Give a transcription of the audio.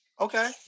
okay